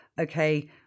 okay